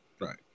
Right